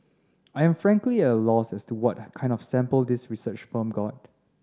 I am frankly at a loss as to what kind of sample this research firm got